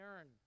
earn